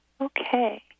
okay